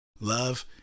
Love